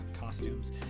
costumes